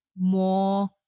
more